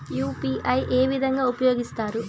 UPI ఏ విధంగా ఉపయోగిస్తారు?